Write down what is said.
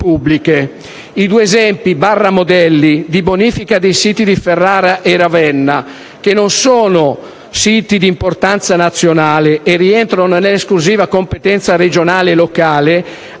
I due esempi/modelli di bonifica dei siti di Ferrara e Ravenna, che non sono siti di importanza nazionale e rientrano nell'esclusiva competenza regionale e locale, hanno